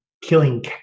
killing